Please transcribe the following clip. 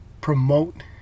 Promote